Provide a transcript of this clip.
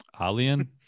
Alien